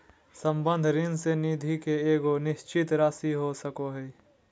संबंध ऋण में निधि के एगो निश्चित राशि हो सको हइ